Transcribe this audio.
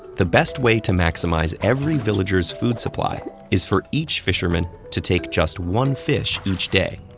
the best way to maximize every villager's food supply is for each fisherman to take just one fish each day.